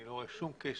אני לא רואה שום קשר